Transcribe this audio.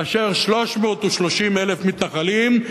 מאשר 330,000 מתנחלים,